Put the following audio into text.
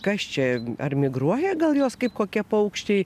kas čia ar migruoja gal jos kaip kokie paukščiai